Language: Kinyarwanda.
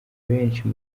benshi